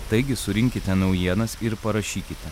taigi surinkite naujienas ir parašykite